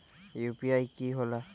UPI कि होला?